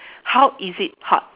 how is it hard